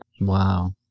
Wow